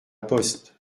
poste